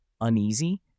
uneasy